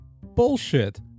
bullshit